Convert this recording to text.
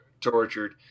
tortured